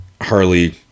Harley